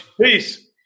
Peace